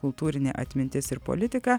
kultūrinė atmintis ir politika